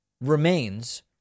remains